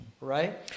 right